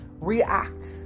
react